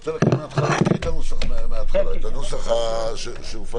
נתחיל בסעיף הראשון של הקנסות.